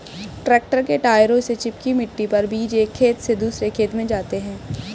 tractor के टायरों से चिपकी मिट्टी पर बीज एक खेत से दूसरे खेत में जाते है